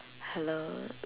hello